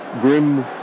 grim